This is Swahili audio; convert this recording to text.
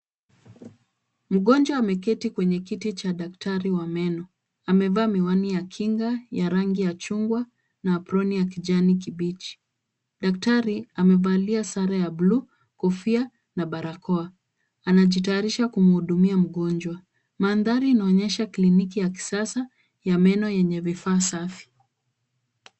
Mgonjwa ameketi kwenye kiti cha daktari wa meno, amevaa miwani ya kinga ya rangi ya chungwa na aproni ya kijani kibichi. Daktari amevalia sare ya buluu, kofia na barakoa, anajitayarisha kumuhudumia mgonjwa. Mandhari inaonyesha kliniki ya kisasa ya meno yenye vifaa safi.